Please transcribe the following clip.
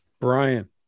Brian